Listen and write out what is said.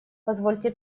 позвольте